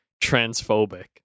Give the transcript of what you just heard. transphobic